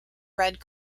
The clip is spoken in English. red